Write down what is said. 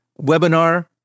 webinar